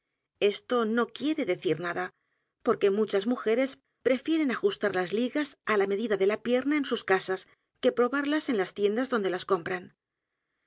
esto no quiere decir n a d a porque m u c h a s mujeres prefieren ajustar las ligas á la medida de la pierna en sus casas que probarlas en las t i e n d a s donde las compran